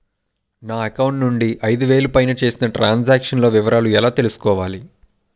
నా అకౌంట్ నుండి ఐదు వేలు పైన చేసిన త్రం సాంక్షన్ లో వివరాలు ఎలా తెలుసుకోవాలి?